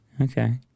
Okay